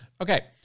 Okay